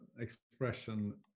expression